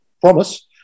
promise